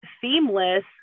seamless